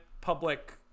public